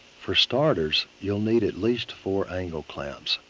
for starters, you'll need at least four angle clamps.